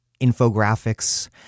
infographics